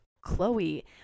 Chloe